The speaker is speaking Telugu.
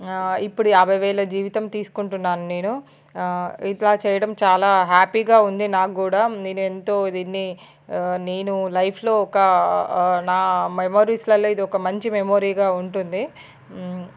ఇప్పుడు యాభై వేల జీవితం తీసుకుంటున్నాను నేను ఇట్లా చేయడం చాలా హ్యాపీగా ఉంది నాకు కూడా నేను ఎంతో దీన్ని నేను లైఫ్లో ఒక నా మెమరీస్లలో ఒక మంచి మెమొరీగా ఉంటుంది